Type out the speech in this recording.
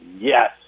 yes